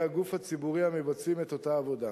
הגוף הציבורי המבצעים את אותה עבודה.